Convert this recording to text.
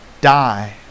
die